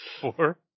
Four